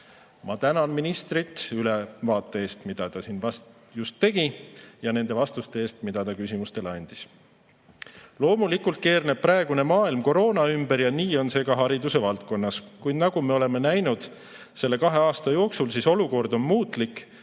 Ma tänan ministrit ülevaate eest, mille ta siin just tegi, ja nende vastuste eest, mida ta küsimustele andis. Loomulikult keerleb praegune maailm koroona ümber ja nii on see ka haridusvaldkonnas. Kuid nagu me oleme näinud selle kahe aasta jooksul, olukord on muutlik